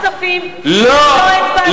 בוועדת הכספים לא הצבעתי ופה אני לא,